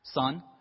Son